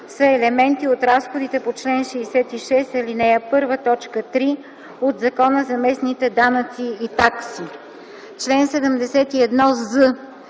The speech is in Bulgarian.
са елементи от разходите по чл. 66, ал. 1, т. 3 от Закона за местните данъци и такси. Чл. 71з.